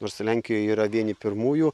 nors lenkijoj yra vieni pirmųjų